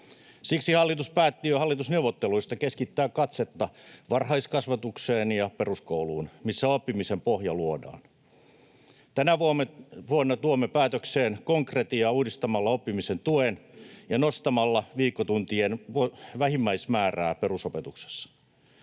Siksi hallitus päätti jo hallitusneuvotteluissa keskittää katsetta varhaiskasvatukseen ja peruskouluun, missä oppimisen pohja luodaan. Tänä vuonna tuomme päätökseen konkretiaa uudistamalla oppimisen tuen ja nostamalla viikkotuntien vähimmäismäärää perusopetuksessa.